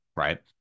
Right